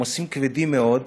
עומס כבד מאוד,